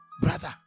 Brother